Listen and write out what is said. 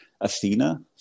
Athena